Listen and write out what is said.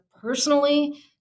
personally